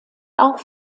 auch